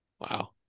Wow